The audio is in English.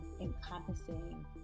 encompassing